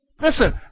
Listen